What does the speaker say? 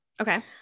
Okay